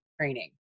training